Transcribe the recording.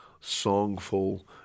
songful